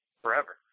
forever